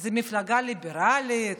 זו מפלגה ליברלית,